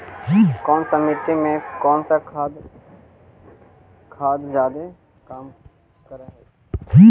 कौन सा मिट्टी मे कौन सा खाद खाद जादे काम कर हाइय?